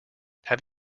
have